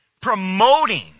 promoting